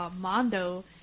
Mondo